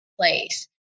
place